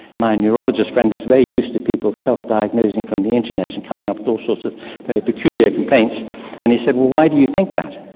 my neurologist friend was very used to people self-diagnosing from the internet and coming up with all sorts of peculiar complaints and he said well, why do you think that?